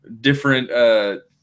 different